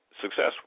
successful